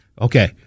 okay